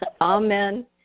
Amen